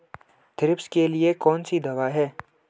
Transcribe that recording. Thrips के लिए कौन सी दवा है?